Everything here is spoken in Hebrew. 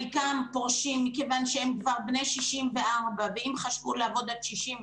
חלקם פורשים מכיוון שהם כבר בני 64 ואם חשבו לעבוד עד 67,